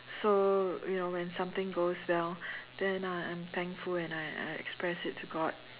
so you know when something goes well then I I'm thankful and I I express it to god